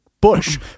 Bush